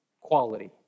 quality